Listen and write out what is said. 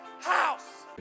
house